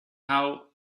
how